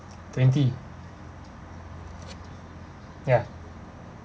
twenty ya